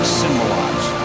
symbolize